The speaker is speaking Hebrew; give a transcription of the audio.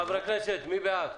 חברי הכנסת מי בעד?